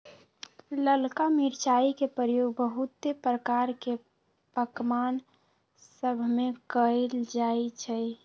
ललका मिरचाई के प्रयोग बहुते प्रकार के पकमान सभमें कएल जाइ छइ